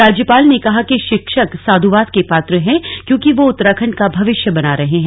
राज्यपाल ने कहा कि शिक्षक साधुवाद के पात्र हैं क्योंकि वह उत्तराखंड का भविष्य बना रहे हैं